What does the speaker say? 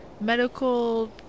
medical